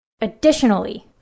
additionally